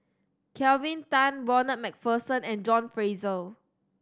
Kelvin Tan Ronald Macpherson and John Fraser